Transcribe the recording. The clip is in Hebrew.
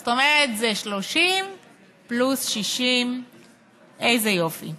זאת אומרת, זה 30 + 60. איזה יופי.